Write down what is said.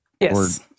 Yes